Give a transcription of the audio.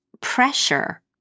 pressure